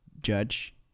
judge